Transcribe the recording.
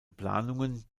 planungen